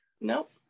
nope